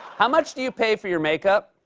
how much do you pay for your makeup?